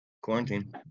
quarantine